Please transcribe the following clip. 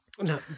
no